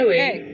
hey